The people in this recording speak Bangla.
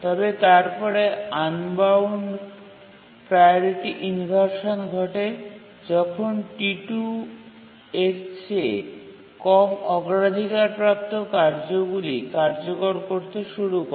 তবে তারপরে আনবাউন্ড প্রাওরিটি ইনভারসান ঘটে যখন T2 এর চেয়ে কম অগ্রাধিকার প্রাপ্ত কার্যগুলি কার্যকর করতে শুরু করে